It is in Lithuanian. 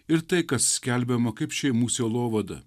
ir tai kas skelbiama kaip šeimų sielovada